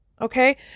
okay